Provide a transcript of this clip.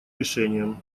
решением